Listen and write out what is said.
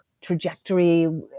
trajectory